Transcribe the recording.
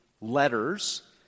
letters